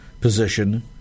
position